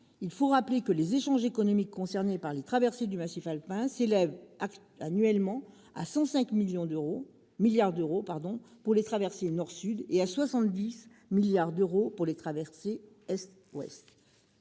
il faut rappeler que les échanges économiques concernés par les traversées du massif alpin s'élèvent annuellement à 105 milliards d'euros pour les traversées nord-sud et à 70 milliards d'euros pour les traversées est-ouest.